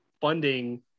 funding